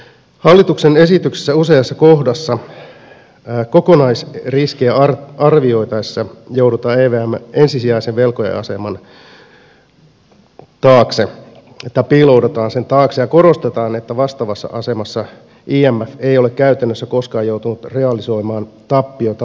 hallituksen esityksessä useassa kohdassa kokonaisriskejä arvioitaessa piiloudutaan evmn ensisijaisen velkoja aseman taakse ja korostetaan että vastaavassa asemassa imf ei ole käytännössä koskaan joutunut realisoimaan tappioita lainaohjelmissaan